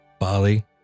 Bali